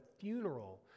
funeral